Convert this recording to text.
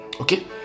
Okay